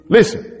Listen